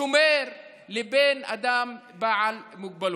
שומר, לבין אדם בעל מוגבלות.